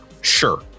Sure